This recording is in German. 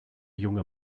junge